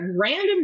random